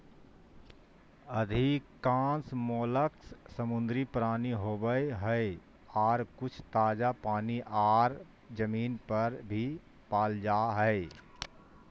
अधिकांश मोलस्क समुद्री प्राणी होवई हई, आर कुछ ताजा पानी आर जमीन पर भी पाल जा हई